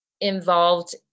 involved